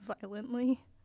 violently